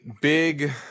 big